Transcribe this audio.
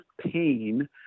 pain